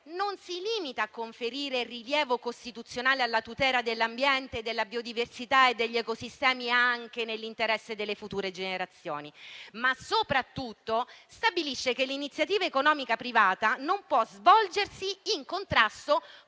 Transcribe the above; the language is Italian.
non si limita a conferire rilievo costituzionale alla tutela dell'ambiente, della biodiversità e degli ecosistemi, anche nell'interesse delle future generazioni, ma soprattutto stabilisce che l'iniziativa economica privata non può svolgersi in contrasto